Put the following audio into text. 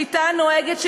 השיטה הנוהגת,